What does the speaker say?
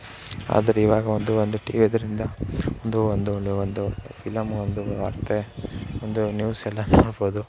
ಆದರೆ ಇವಾಗ ಒಂದು ಒಂದು ಟಿವಿ ಇದರಿಂದ ಒಂದೂ ಒಂದು ಒಂದು ಫಿಲಮ್ ಒಂದು ವಾರ್ತೆ ಒಂದು ನ್ಯೂಸೆಲ್ಲ ನೋಡ್ಬೋದು